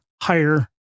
higher